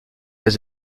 est